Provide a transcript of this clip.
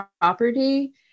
property